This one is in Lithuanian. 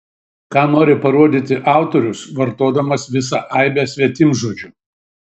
ką nori parodyti autorius vartodamas visą aibę svetimžodžių